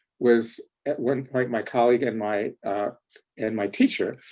was, at one point, my colleague and my and my teacher.